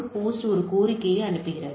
host ஒரு கோரிக்கையை அனுப்புகிறது